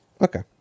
okay